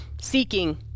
Seeking